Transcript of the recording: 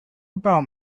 about